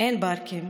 אין פארקים,